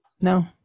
No